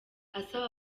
asaba